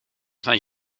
zijn